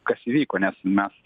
kas vyko nes mes